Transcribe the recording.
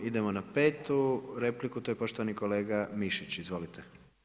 Idemo na petu repliku, to je poštovani kolega Mišić, izvolite.